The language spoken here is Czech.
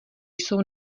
jsou